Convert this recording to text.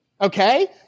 Okay